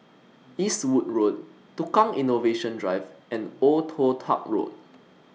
Eastwood Road Tukang Innovation Drive and Old Toh Tuck Road